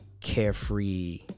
carefree